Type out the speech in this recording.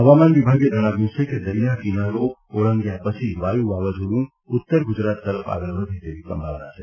હવામાન વિભાગે જણાવ્યું છે કે દરિયા કિનારો ઓળંગ્યા પછી વાયુ વાવાઝોડું ઉત્તર ગુજરાત તરફ આગળ વધે તેવી સંભાવના છે